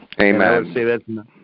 Amen